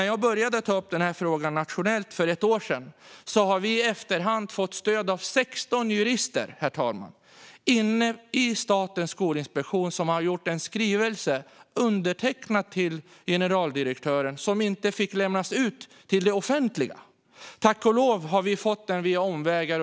Jag började ta upp den här frågan nationellt för ett år sedan. Och vi har i efterhand fått stöd av 16 jurister, herr talman, i Statens skolinspektion som har lämnat en undertecknad skrivelse till generaldirektören som inte fick lämnas ut till det offentliga. Tack och lov har vi fått den via omvägar.